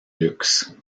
luxe